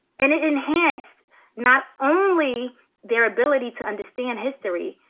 and it enhanced not only their ability to understand history,